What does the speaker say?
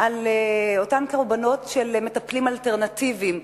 על אותם קורבנות של מטפלים אלטרנטיביים,